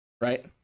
Right